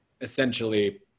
essentially